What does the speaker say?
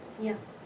Yes